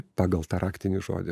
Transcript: pagal tą raktinį žodį